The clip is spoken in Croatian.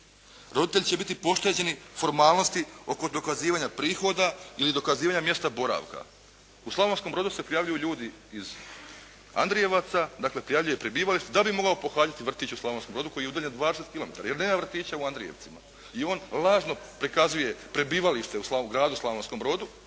Roditelji će biti pošteđeni formalnosti oko dokazivanja prihoda ili dokazivanja mjesta boravka. U Slavonskom Brodu se prijavljuju ljudi iz Andrijevaca, dakle prijavljuje prebivalište da bi mogao pohađati vrtić u Slavonskom Brodu koji je udaljen 20 kilometara jer nema vrtića u Andrijevcima. I on lažno prikazuje u gradu Slavonskom Brodu